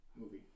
movie